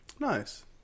Nice